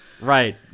Right